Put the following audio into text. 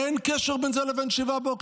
אין קשר בין זה לבין 7 באוקטובר?